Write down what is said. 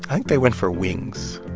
think they went for wings